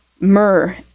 myrrh